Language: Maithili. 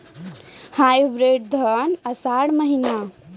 हाइब्रिड धान आषाढ़ महीना?